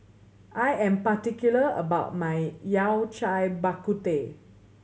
I am particular about my Yao Cai Bak Kut Teh